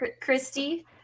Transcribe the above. Christy